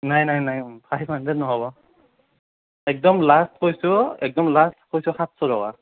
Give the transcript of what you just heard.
নাই নাই নাই ফাইভ হাণ্ড্ৰেদ ন'হব একদম লাষ্ট কৈছোঁ একদম লাষ্ট কৈছোঁ সাতশ টকা